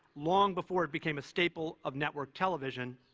long before it became a staple of network television,